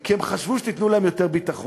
כי הם חשבו שתיתנו להם יותר ביטחון.